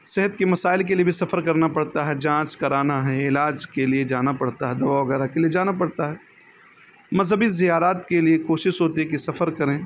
صحت کے مسائل کے لیے بھی سفر کرنا پڑتا ہے جانچ کرانا ہے علاج کے لیے جانا پڑتا ہے دوا وغیرہ کے لیے جانا پڑتا ہے مذہبی زیارات کے لیے کوشش ہوتی کہ سفر کریں